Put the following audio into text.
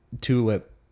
tulip